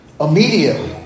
Immediately